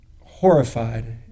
horrified